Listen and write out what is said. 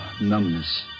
numbness